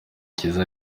cyiza